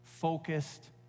focused